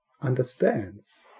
understands